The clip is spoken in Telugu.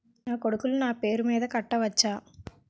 నా కొడుకులు నా పేరి మీద కట్ట వచ్చా?